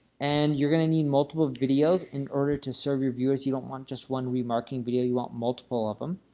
and you're going to need multiple videos in order to serve your viewers, you don't want just one remarketing video, you want multiple of them.